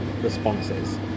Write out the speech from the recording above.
responses